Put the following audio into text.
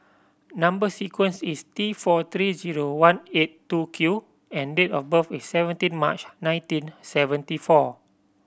number sequence is T four three zero one eight two Q and date of birth is seventeen March nineteen seventy four